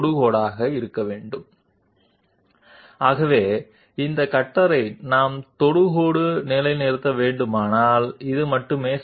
కాబట్టి మేము దానిని ఆ వైపు ప్రత్యేకంగా ఉంచగలమని అంగీకరించాము మేము ఈ సమయంలో సర్ఫేస్ నుండి నార్మల్ ఉద్గారాన్ని గీస్తాము మరియు సర్ఫేస్ నుండి రేడియస్ దూరంగా చేస్తాము మేము కట్టర్ స్పెరికల్ ఎండ్ మధ్యభాగాన్ని ఎంచుకుంటాము